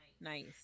nice